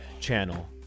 channel